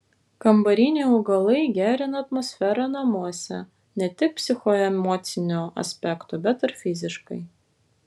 kambariniai augalai gerina atmosferą namuose ne tik psichoemociniu aspektu bet ir fiziškai